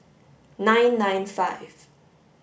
nine nine five